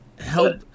help